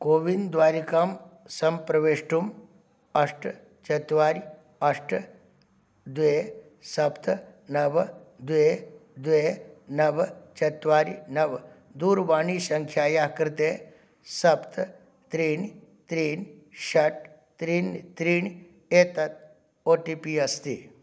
CoWIN द्वारिकां सम्प्रवेष्टुम् अष्ट चत्वारि अष्ट द्वे सप्त नव द्वे द्वे नव चत्वारि नव दूरवाणीसङ्ख्यायाः कृते सप्त त्रीणि षट् त्रीणि त्रीणि एतत् ओ टि पि अस्ति